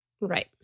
Right